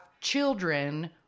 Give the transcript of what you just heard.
children